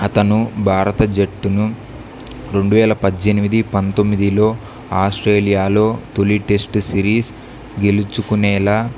అతను భారత జట్టును రెండు వేల పద్దెనిమిది పంతొమ్మిదిలో ఆస్ట్రేలియాలో తొలి టెస్ట్ సిరీస్ గెలుచుకునేల